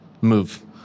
move